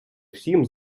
всім